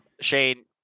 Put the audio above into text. Shane